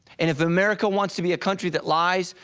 and if america wants to be a country that lies,